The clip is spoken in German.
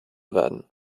werden